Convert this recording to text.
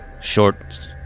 short